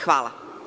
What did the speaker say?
Hvala.